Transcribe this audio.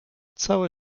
całe